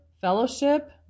Fellowship